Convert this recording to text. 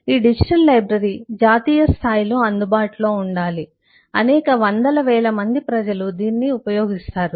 ఈ digital library జాతీయ స్థాయిలో అందుబాటులో ఉండాలి అనేక వందల వేల మంది ప్రజలు దీనిని ఉపయోగిస్తారు